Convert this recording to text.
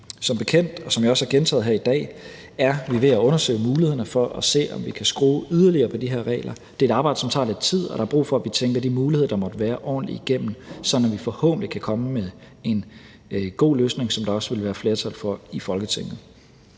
Som bekendt, og som jeg også har gentaget her i dag, er vi ved at undersøge mulighederne for at se, om vi kan skrue yderligere på de her regler. Det er et arbejde, som tager lidt tid, og der er brug for, at vi tænker de muligheder, der måtte være, ordentligt igennem, sådan at vi forhåbentlig kan komme med en god løsning, som der også vil være flertal for i Folketinget.